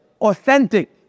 authentic